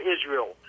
Israel